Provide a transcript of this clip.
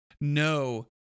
No